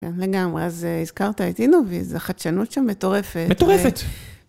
לגמרי. אז הזכרת את אינו-וי, אז החדשנות שם מטורפת. -מטורפת.